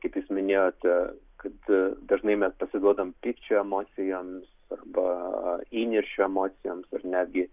kaip jūs minėjote kad dažnai mes pasiduodam pykčio emocijoms arba įniršio emocijoms ir netgi